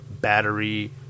battery